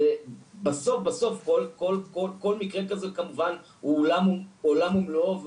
בסוף כל מקרה כזה כמובן הוא עולם ומלואו,